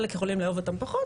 חלק יכולים לאהוב אותם פחות,